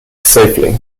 safely